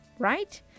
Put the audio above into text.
right